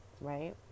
Right